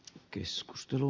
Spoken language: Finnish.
keskustelu